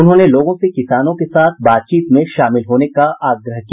उन्होंने लोगों से किसानों के साथ बातचीत में शामिल होने का आग्रह किया